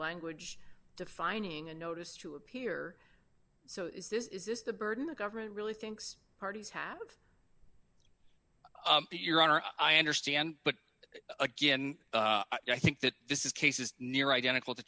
language defining a notice to appear so is this is this the burden the government really thinks parties have of your honor i understand but again i think that this is case is near identical to